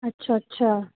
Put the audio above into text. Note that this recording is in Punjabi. ਅੱਛਾ ਅੱਛਾ